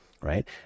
right